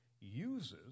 uses